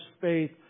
faith